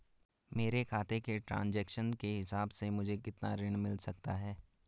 मेरे खाते के ट्रान्ज़ैक्शन के हिसाब से मुझे कितना ऋण मिल सकता है?